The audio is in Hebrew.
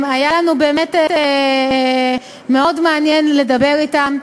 היה לנו באמת מאוד מעניין לדבר אתם.